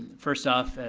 first off,